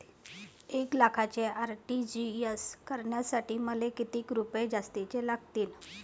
एक लाखाचे आर.टी.जी.एस करासाठी मले कितीक रुपये जास्तीचे लागतीनं?